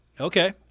Okay